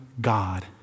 God